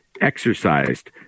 exercised